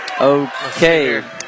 Okay